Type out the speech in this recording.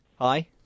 Hi